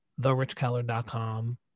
therichkeller.com